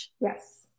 Yes